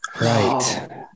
Right